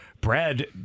Brad